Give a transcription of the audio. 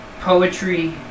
poetry